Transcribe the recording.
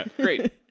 Great